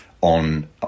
on